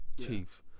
chief